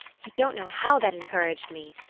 you don't know how that encouraged me.